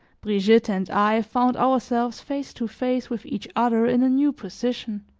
brigitte and i found ourselves face to face with each other in a new position.